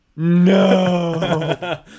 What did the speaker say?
No